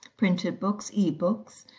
printed books, ebooks,